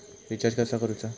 Recharge कसा करूचा?